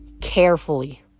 carefully